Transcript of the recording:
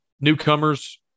newcomers